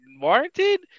warranted